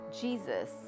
Jesus